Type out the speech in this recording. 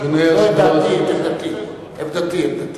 זאת דעתי, עמדתי, עמדתי.